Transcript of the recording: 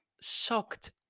shocked